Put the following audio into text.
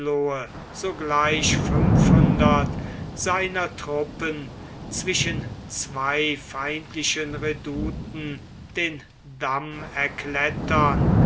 sogleich fünfhundert seiner truppen zwischen zwei feindlichen redouten den damm erklettern